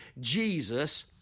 Jesus